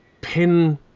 pin